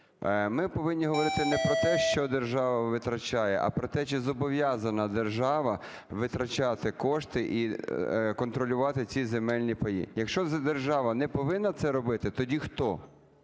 Ми повинні говорити не про те, що держава витрачає, а про те, чи зобов'язана держава витрачати кошти і контролювати ці земельні паї. Якщо держава не повинна це робити, тоді хто